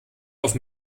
auf